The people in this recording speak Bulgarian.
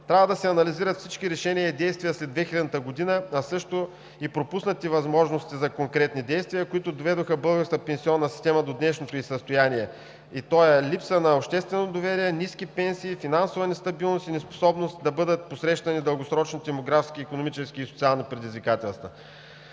Трябва да се анализират всички решения и действия след 2000 г., а също и пропуснатите възможности за конкретни действия, които доведоха българската пенсионна система до днешното ѝ състояние, а то е липса на обществено доверие, ниски пенсии, финансова нестабилност и неспособност да бъдат посрещани дългосрочните демографски, икономически и социални предизвикателства.